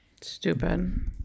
Stupid